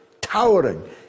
towering